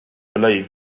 believed